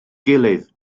gilydd